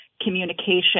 communication